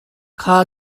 kha